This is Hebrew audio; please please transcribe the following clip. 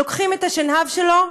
לוקחים את השנהב שלו,